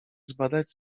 zbadać